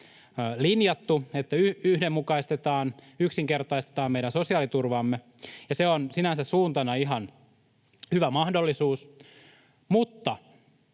linjattu, että yhdenmukaistetaan, yksinkertaistetaan meidän sosiaaliturvaamme, ja se on sinänsä suuntana ihan hyvä mahdollisuus, mutta